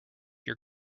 your